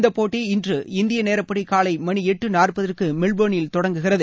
இந்த போட்டி இன்று இந்திய நேரப்படி காலை மணி எட்டு நாற்பதுக்கு மெல்போர்னில் தொடங்குகிறது